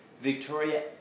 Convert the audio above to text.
Victoria